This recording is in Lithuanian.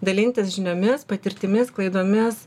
dalintis žiniomis patirtimis klaidomis